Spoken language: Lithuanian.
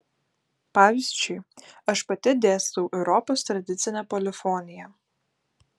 pavyzdžiui aš pati dėstau europos tradicinę polifoniją